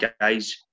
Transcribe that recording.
guys